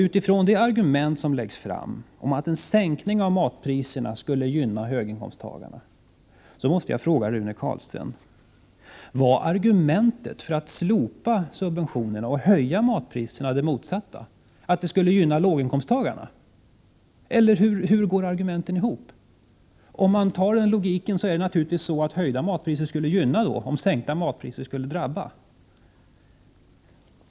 Utifrån det argument som läggs fram om att en sänkning av matpriserna skulle gynna höginkomsttagarna måste jag fråga Rune Carlstein: Var argumentet för att slopa subventionerna och höja matpriserna det motsatta, att det skulle gynna låginkomsttagarna — eller hur går argumenten ihop? Om man ser logiskt på detta skulle de höjda matpriserna gynna människorna och sänkta matpriser skulle drabba dem.